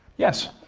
yes,